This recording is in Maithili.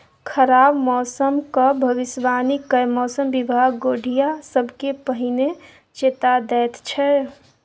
खराब मौसमक भबिसबाणी कए मौसम बिभाग गोढ़िया सबकेँ पहिने चेता दैत छै